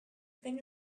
thing